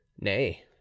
nay